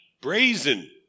brazen